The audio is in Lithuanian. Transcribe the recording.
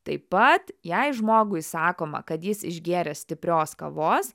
taip pat jei žmogui sakoma kad jis išgėrė stiprios kavos